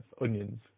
onions